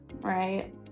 right